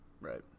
right